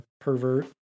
pervert